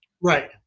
Right